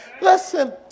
Listen